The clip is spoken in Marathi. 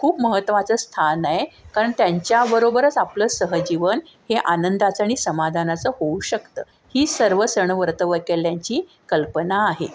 खूप महत्वाचं स्थान आहे कारण त्यांच्याबरोबरच आपलं सहजीवन हे आनंदाचं आणि समाधानाचं होऊ शकतं हीच सर्व सण व्रत वैकल्यांची कल्पना आहे